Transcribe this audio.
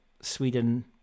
Sweden